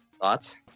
Thoughts